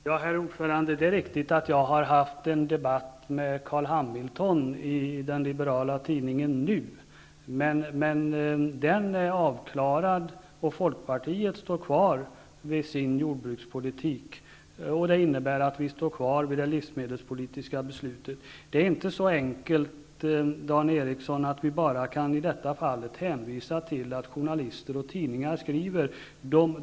Herr talman! Det är riktigt att jag har fört en debatt med Karl Hamilton i den liberala tidningen Nu. Den debatten är emellertid avklarad, och Folkpartiet står kvar vid sin jordbrukspolitik. Det innebär att vi står kvar vid det livsmedelspolitiska beslutet. Det är inte så enkelt, Dan Ericsson i Kolmården, att vi i detta fall bara kan hänvisa till att journalister och tidningar skriver.